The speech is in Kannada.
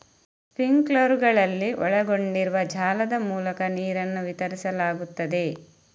ಸ್ಪ್ರಿಂಕ್ಲರುಗಳಲ್ಲಿ ಒಳಗೊಂಡಿರುವ ಜಾಲದ ಮೂಲಕ ನೀರನ್ನು ವಿತರಿಸಲಾಗುತ್ತದೆ